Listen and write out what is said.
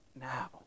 now